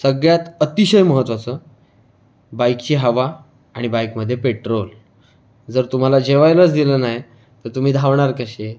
सगळ्यात अतिशय महत्वाचं बाईकची हवा आणि बाईकमध्ये पेट्रोल जर तुम्हाला जेवायलाच दिलं नाही तर तुम्ही धावणार कसे